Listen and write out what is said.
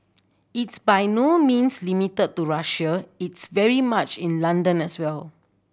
it's by no means limited to Russia it's very much in London as well